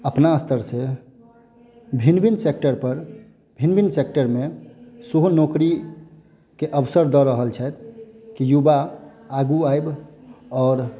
अपना स्तर से भिन्न भिन्न सेक्टर पर भिन्न सेक्टर मे सेहो नौकरीकेँ अवसर दऽ रहल छथि कि युवा आगू आबि आओर